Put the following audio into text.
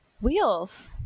Wheels